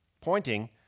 pointing